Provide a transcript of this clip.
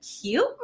cute